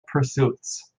pursuits